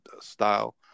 style